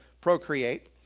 procreate